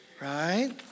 Right